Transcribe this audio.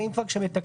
אם כבר כשמתקנים,